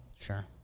Sure